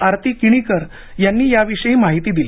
आरती किणीकर यांनी याविषयी माहिती दिली